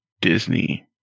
Disney